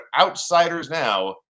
OUTSIDERSNOW